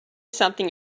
something